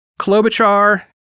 Klobuchar